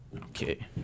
okay